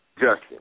Justin